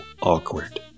awkward